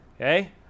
Okay